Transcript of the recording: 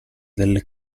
delle